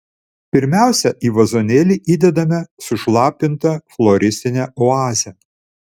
pirmiausia į vazonėlį įdedame sušlapintą floristinę oazę